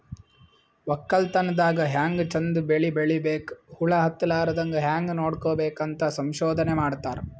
ವಕ್ಕಲತನ್ ದಾಗ್ ಹ್ಯಾಂಗ್ ಚಂದ್ ಬೆಳಿ ಬೆಳಿಬೇಕ್, ಹುಳ ಹತ್ತಲಾರದಂಗ್ ಹ್ಯಾಂಗ್ ನೋಡ್ಕೋಬೇಕ್ ಅಂತ್ ಸಂಶೋಧನೆ ಮಾಡ್ತಾರ್